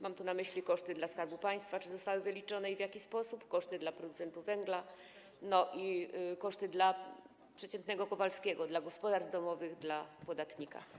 Mam tu na myśli to, czy zostały dla Skarbu Państwa wyliczone koszty i w jaki sposób, koszty dla producentów węgla, no i koszty dla przeciętnego Kowalskiego, dla gospodarstw domowych, dla podatnika.